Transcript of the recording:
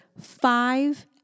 Five